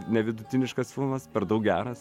nevidutiniškas filmas per daug geras